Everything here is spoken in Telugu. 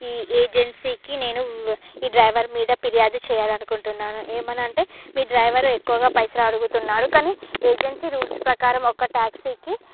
ఈ ఏజెన్సీకి నేను వ్ ఈ డ్రైవర్ మీద పిర్యాదు చేయాలనుకుంటున్నాను ఏమనంటే మీ డ్రైవర్ ఎక్కువగా పైసలు అడుగుతున్నాడు కానీ ఏజెన్సీ రూల్స్ ప్రకారం ఒక టాక్సీకి